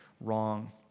wrong